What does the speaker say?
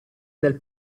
del